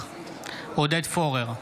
עודד פורר,